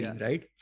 right